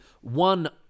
one